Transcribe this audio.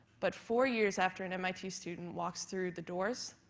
but for years after an mit student walks through the doors,